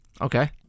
Okay